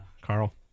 Carl